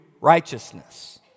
righteousness